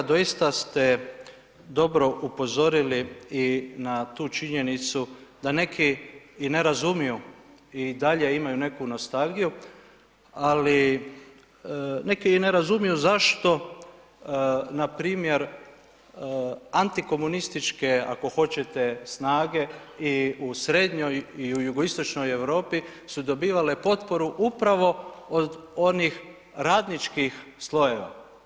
Doista ste dobro upozorili i na tu činjenicu da neki i ne razumiju i dalje imaju neku nostalgiju, ali neki i ne razumiju zašto, npr. antikomunističke, ako hoćete, snage i u srednjoj i u jugoistočnoj Europi su dobivale potporu upravo od onih radničkih slojeva.